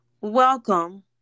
welcome